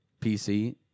PC